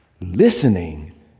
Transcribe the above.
Listening